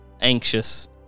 anxious